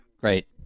Great